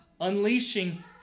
unleashing